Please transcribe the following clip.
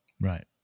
Right